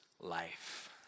life